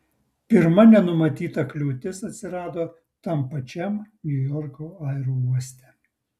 pirma nenumatyta kliūtis atsirado tam pačiam niujorko aerouoste